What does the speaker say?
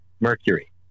Mercury